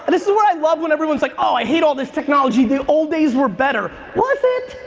and this is why i love when everyone's like, oh i hate all this technology, the old days were better. was it?